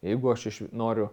jeigu aš noriu